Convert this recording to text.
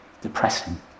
Depressing